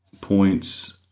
points